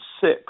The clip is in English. six